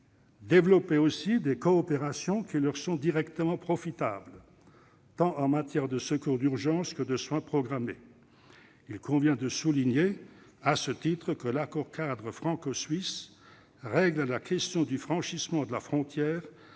développer des coopérations qui leur sont directement profitables, tant en matière de secours d'urgence que de soins programmés. Il convient de souligner à ce titre que l'accord-cadre franco-suisse règle la question du franchissement de la frontière